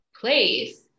place